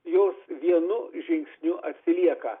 jos vienu žingsniu atsilieka